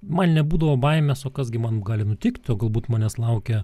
man nebūdavo baimės o kas gi man gali nutikt o galbūt manęs laukia